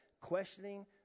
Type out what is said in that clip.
questioning